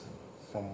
!huh!